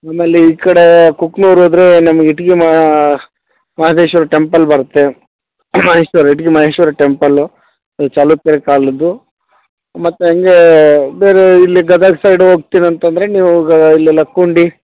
ಆಮೇಲೆ ಈ ಕಡೆ ಕುಕ್ನೂರು ಹೋದರೆ ನಮಗೆ ಇಟ್ಗಿ ಮಾ ಮಾದೇಶ್ವರ ಟೆಂಪಲ್ ಬರುತ್ತೆ ಮಹೇಶ್ವರ ಇಟ್ಗಿ ಮಹೇಶ್ವರ ಟೆಂಪಲ್ಲು ಚಾಲುಕ್ಯರ ಕಾಲದ್ದು ಮತ್ತು ಹಾಗೆ ಬೇರೆ ಇಲ್ಲಿ ಗದಗ ಸೈಡ್ ಹೋಗ್ತೀನಿ ಅಂತಂದರೆ ನೀವು ಗ ಇಲ್ಲೆಲ್ಲ ಲಕುಂಡಿ